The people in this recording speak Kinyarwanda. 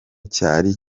cyari